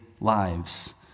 lives